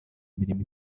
mirimo